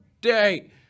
day